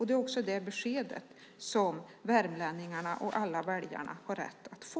Det är också det besked som värmlänningarna och alla väljarna har rätt att få.